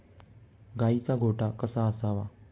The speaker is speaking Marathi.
गाईचा गोठा कसा असावा?